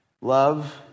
Love